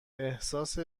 احساس